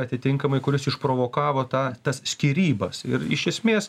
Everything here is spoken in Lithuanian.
atitinkamai kuris išprovokavo tą tas skyrybas ir iš esmės